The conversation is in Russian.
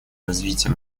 развития